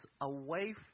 away